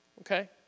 okay